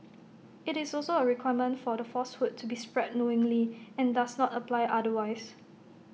IT is also A requirement for the falsehood to be spread knowingly and does not apply otherwise